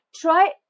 Try